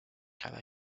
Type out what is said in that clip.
cada